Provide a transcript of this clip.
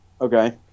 Okay